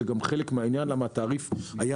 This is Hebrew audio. וזה גם חלק מהעניין מדוע התעריף היה